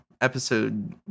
episode